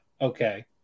Okay